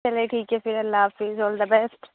چلیے ٹھیک ہے پھر اللہ حافظ آل دا بیسٹ